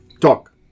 talk